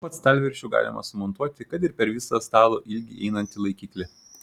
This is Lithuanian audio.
po pat stalviršiu galima sumontuoti kad ir per visą stalo ilgį einantį laikiklį